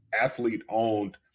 athlete-owned